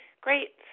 Great